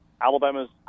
Alabama's